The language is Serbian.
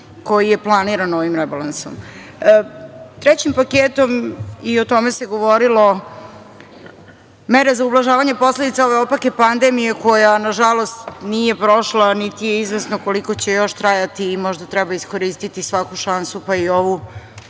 koji je planiran ovim rebalansom. Trećim paketom, i o tome se govorilo, mere za ublažavanje posledica ove opake pandemije koja, nažalost, nije prošla, niti je izvesno koliko će još trajati i možda treba iskoristiti svaku šansu, pa i ovu,